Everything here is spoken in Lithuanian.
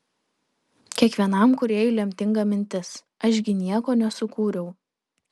kiekvienam kūrėjui lemtinga mintis aš gi nieko nesukūriau